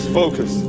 focus